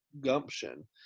gumption